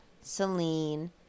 Celine